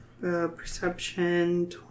perception